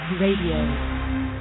Radio